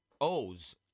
O's